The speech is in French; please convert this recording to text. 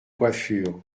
coiffure